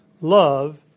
love